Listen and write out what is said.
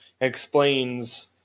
explains